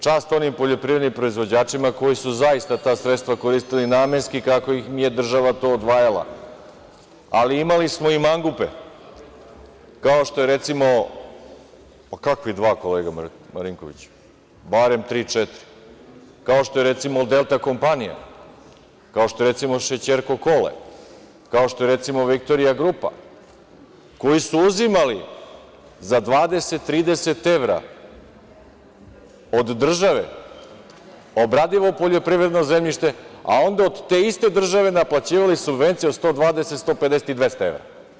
Čast onim poljoprivrednim proizvođačima koji su zaista ta sredstva koristili namenski kako im je država to odvajala, ali imali smo i mangupe kao što je recimo „Delta kompanija“, kao što je recimo šećerko Kole, kao što je recimo „Viktorija grupa“, koji su uzimali za 20,30 evra od države obradivo poljoprivredno zemljište, a onda od te iste države naplaćivali subvencije od 120,150 ili 200 evra.